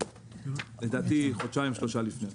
לדעתי, חודשיים-שלושה לפני.